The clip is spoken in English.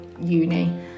uni